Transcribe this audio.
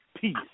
peace